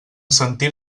sentir